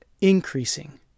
increasing